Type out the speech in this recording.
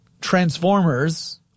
transformers